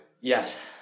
Yes